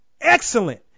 excellent